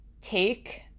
take